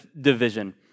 division